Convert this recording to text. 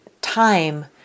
time